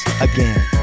again